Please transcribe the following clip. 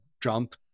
jump